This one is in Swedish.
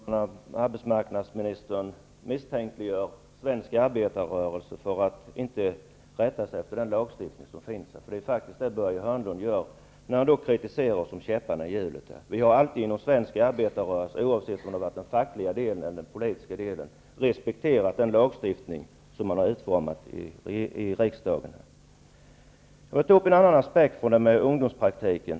Herr talman! Här beskyller arbetsmarknadsminstern svensk arbetarrörelse för att inte rätta sig efter den lagstiftning som finns. Det är faktiskt det Börje Hörnlund gör när han kritiserar oss och talar om käppar i hjulet. Vi har alltid inom svensk arbetarrörelse, oavsett om det varit fråga om den fackliga delen eller den politiska delen, respekterat den lagstiftning som har utformats i riksdagen. Jag skall ta upp en annan aspekt när det gäller ungdomspraktiken.